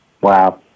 Wow